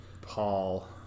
Paul